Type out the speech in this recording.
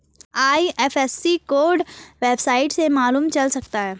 IFSC code website से मालूम चल सकता है